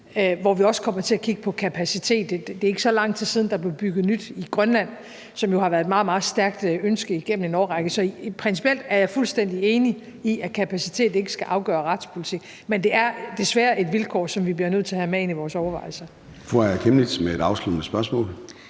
hvor vi også kommer til at kigge på kapacitet. Det er ikke så lang tid siden, der blev bygget nyt i Grønland, som jo har været et meget, meget stærkt ønske igennem en årrække. Principielt er jeg fuldstændig enig i, at kapacitet ikke skal afgøre retspolitik, men det er desværre et vilkår, som vi bliver nødt til at have med i vores overvejelser. Kl. 13:18 Formanden (Søren